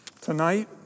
Tonight